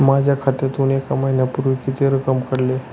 माझ्या खात्यातून एक महिन्यापूर्वी किती रक्कम काढली?